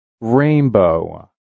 Rainbow